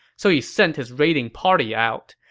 so he sent his raiding party out.